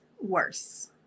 worse